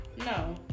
no